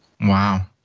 Wow